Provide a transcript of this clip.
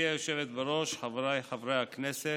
היושבת-ראש, חבריי חברי הכנסת,